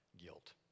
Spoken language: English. guilt